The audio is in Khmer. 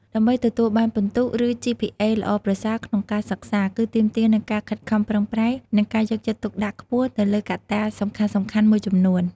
ដើម្បីទទួលបានពិន្ទុ ឬ ជីភីអេ ល្អប្រសើរក្នុងការសិក្សា គឺទាមទារនូវការខិតខំប្រឹងប្រែង និងការយកចិត្តទុកដាក់ខ្ពស់ទៅលើកត្តាសំខាន់ៗមួយចំនួន។